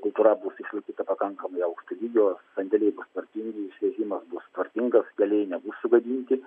kultūra bus išlikusi pakankamai aukšto lygio sandėliai bus tvarkingi išvežimas bus tvarkingas keliai nebus sugadinti